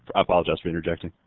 apologize for interjecting.